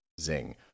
Zing